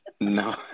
no